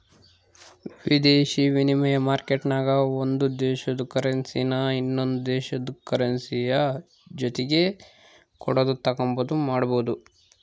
ವಿದೇಶಿ ವಿನಿಮಯ ಮಾರ್ಕೆಟ್ನಾಗ ಒಂದು ದೇಶುದ ಕರೆನ್ಸಿನಾ ಇನವಂದ್ ದೇಶುದ್ ಕರೆನ್ಸಿಯ ಜೊತಿಗೆ ಕೊಡೋದು ತಾಂಬಾದು ಮಾಡ್ಬೋದು